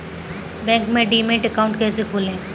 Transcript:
Bank में demat account कैसे खोलें?